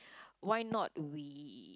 why not we